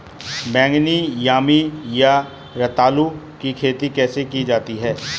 बैगनी यामी या रतालू की खेती कैसे की जाती है?